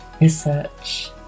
research